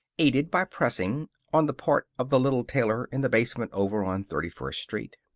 aided by pressing on the part of the little tailor in the basement over on thirty-first street.